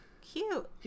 cute